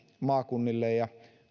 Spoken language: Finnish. maakunnille ja